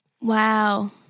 Wow